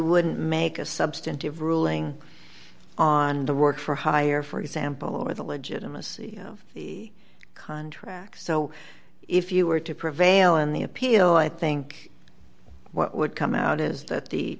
wouldn't make a substantive ruling on the work for hire for example or the legitimacy of the contract so if you were to prevail in the appeal i think what would come out is that the